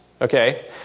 Okay